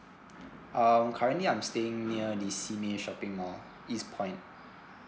um currently I'm staying near the simei shopping mall east point